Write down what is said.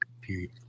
Period